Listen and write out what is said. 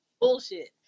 bullshit